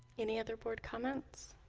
any other board comments